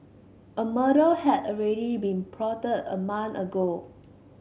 a murder had already been plotted a month ago